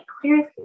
clearly